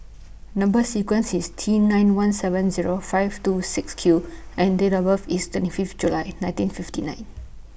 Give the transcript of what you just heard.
Number sequence IS T nine one seven Zero five two six Q and Date of birth IS twenty Fifth July nineteen fifty nine